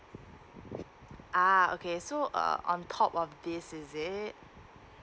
ah okay so err on top of this is it